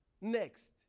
Next